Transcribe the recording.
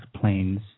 planes